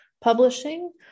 publishing